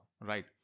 right